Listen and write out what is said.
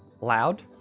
Loud